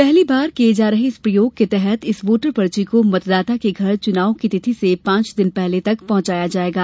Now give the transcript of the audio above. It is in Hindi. पहली बार किए जा रहे इस प्रयोग के तहत इस वोटर पर्ची को मतदाता के घर चुनाव की तिथि से पांच दिन पहले तक पहुंचाया जाएगा